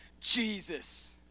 Jesus